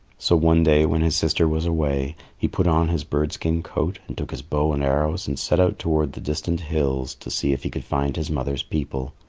so one day when his sister was away, he put on his bird-skin coat and took his bow and arrows and set out towards the distant hills to see if he could find his mother's people.